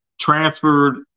transferred –